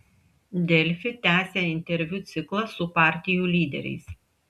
delfi tęsia interviu ciklą su partijų lyderiais